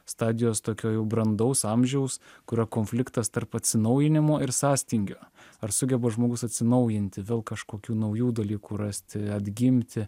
stadijos tokio jau brandaus amžiaus kurio konfliktas tarp atsinaujinimo ir sąstingio ar sugeba žmogus atsinaujinti vėl kažkokių naujų dalykų rasti atgimti